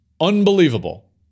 unbelievable